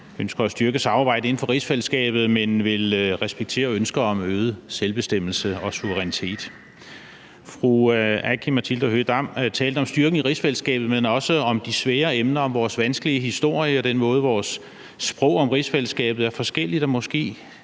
ønsker at styrke samarbejdet inden for rigsfællesskabet, men vil respektere ønsker om øget selvbestemmelse og suverænitet. Fru Aki-Matilda Høegh-Dam talte om styrken i rigsfællesskabet, men også om de svære emner og om vores vanskelige historie og om den måde, hvorpå vores sprog om rigsfællesskabet er forskelligt og måske